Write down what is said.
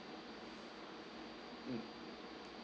mm